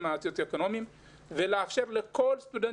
והסוציו-אקונומיים ולאפשר לכל סטודנט